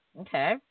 Okay